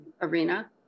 arena